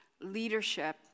leadership